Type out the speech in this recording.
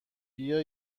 بیا